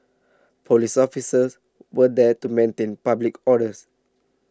police officers were there to maintain public orders